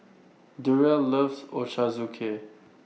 Durrell loves Ochazuke